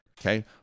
okay